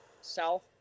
South